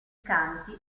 canti